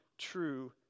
true